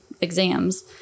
exams